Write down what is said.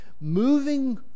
moving